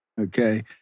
Okay